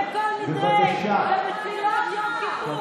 הולך, עכשיו לקול נדרי ולתפילת יום כיפור.